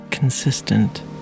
Consistent